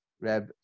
Reb